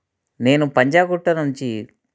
నేను పంజాగుట్ట నుంచి